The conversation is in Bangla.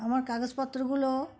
আমার কাগজপত্রগুলো